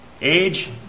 Age